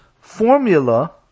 formula